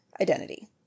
identity